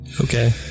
Okay